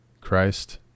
Christ